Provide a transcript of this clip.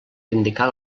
indicar